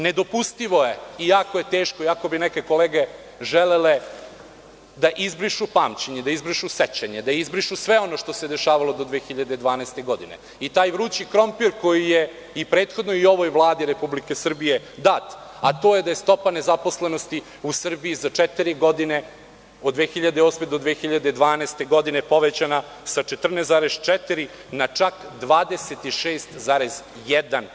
Nedopustivo je iako je teško, iako bi neke kolege želele da izbrišu pamćenje, da izbrišu sećanje, da izbrišu sve ono što se dešavalo do 2012. godine i taj vrući krompir, koji je i prethodnoj i ovoj Vladi Republike Srbije dat, a to je da je stopa nezaposlenosti u Srbiji za četiri godine, od 2008. do 2012. godine, povećana sa 14,4% na čak 26,1%